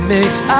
makes